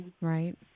Right